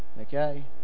okay